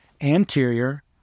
Anterior